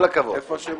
אבל לא אמרו לי מה השמות.